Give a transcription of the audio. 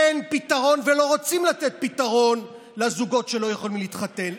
אין פתרון ולא רוצים לתת פתרון לזוגות שלא יכולים להתחתן,